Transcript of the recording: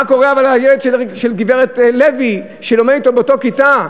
אבל מה קורה לילד של גברת לוי שלומד אתו באותה כיתה?